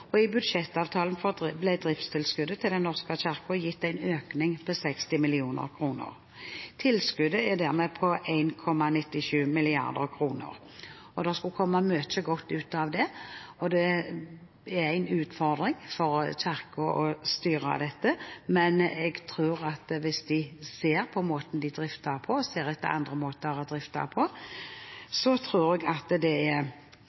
i 2017 er på plass. I budsjettavtalen ble driftstilskuddet til Den norske kirke gitt en økning på 60 mill. kr. Tilskuddet er dermed på 1,97 mrd. kr. Det burde komme mye godt ut av det. Det er en utfordring for Kirken å styre dette, men jeg tror at hvis de ser på måten de drifter på og etter andre måter å drifte på, kan det